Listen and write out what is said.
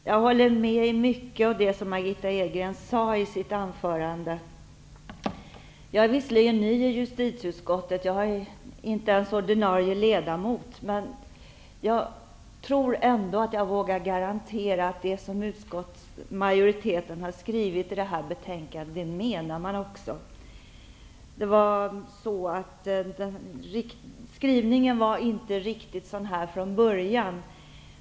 Herr talman! Jag instämmer i mycket av det som Visserligen är jag ny i justitieutskottet. Jag är inte ens ordinarie ledamot, men jag tror ändå att jag vågar garantera att utskottsmajoriteten verkligen menar allvar med vad man skrivit. Från början var skrivningen inte riktigt den som nu föreligger.